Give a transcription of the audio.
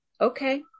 okay